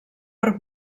per